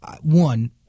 one